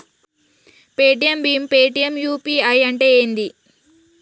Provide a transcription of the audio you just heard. Paytm భీమ్ Paytm UPI అంటే ఏంది?